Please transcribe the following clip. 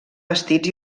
vestits